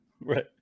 right